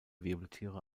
wirbeltiere